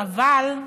אבל,